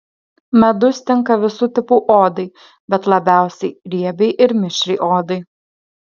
medus tinka visų tipų odai bet labiausiai riebiai ir mišriai odai